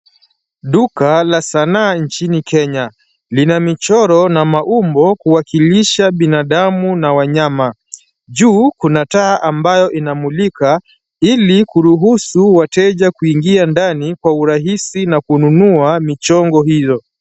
Duka la sanaa nchini kenya. Lina michiro na maumbo kuwakilisha binadamu na wanyama. Juu kuna taa ambayo inamulika, ili kuruhusu wateja kuingia ndani kwa urahisi na kununua michongo hiyo.